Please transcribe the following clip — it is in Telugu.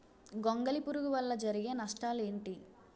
గొంగళి పురుగు వల్ల జరిగే నష్టాలేంటి?